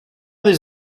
des